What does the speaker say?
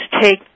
take